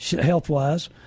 health-wise